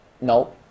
No